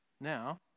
now